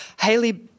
Haley